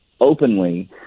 openly